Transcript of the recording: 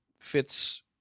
fits